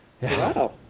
Wow